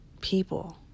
people